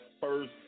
first